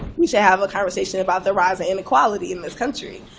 we should have a conversation about the rising inequality in this country,